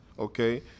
Okay